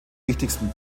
wichtigsten